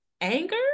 Anger